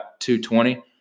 220